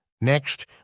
Next